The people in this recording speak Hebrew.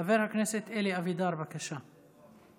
חבר הכנסת אלי אבידר, בבקשה.